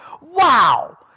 Wow